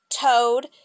toad